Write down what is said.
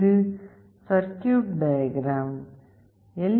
இது circuit diagram L